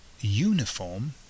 Uniform